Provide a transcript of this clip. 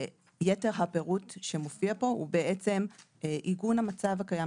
ויתר הפירוט שמופיע פה הוא בעצם עיגון המצב הקיים,